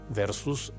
versus